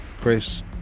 Chris